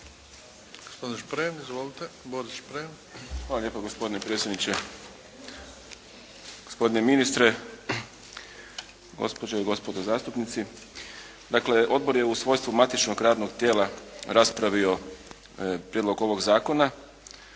Hvala lijepa gospodine predsjedniče, gospodine ministre, gospođe i gospodo zastupnici. Dakle, odbor je u svojstvu matičnog radnog tijela raspravio prijedlog ovog zakona.